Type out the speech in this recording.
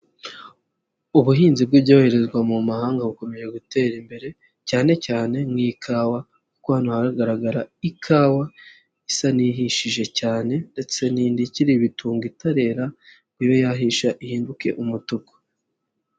Ubuhinzi bw'ibyoherezwa mu mahanga bukomeje gutera imbere cyane cyane nk'ikawa kuko hagaragara ikawa isa n'ihishije cyane ndetse n'indi ikiri ibitumbwe itarera ibe yahisha ihinduke umutuku.